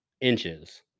inches